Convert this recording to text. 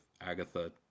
Agatha